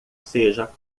seja